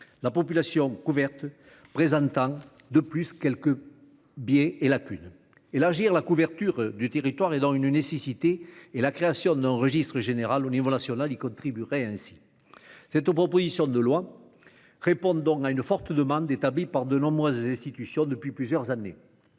la population couverte présentant, de plus, quelques biais et lacunes. Élargir la couverture du territoire est donc une nécessité, et la création d'un registre général à l'échelon national y contribuerait. Cette proposition de loi répond à une forte demande, exprimée par de nombreuses institutions depuis plusieurs années.